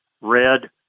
Red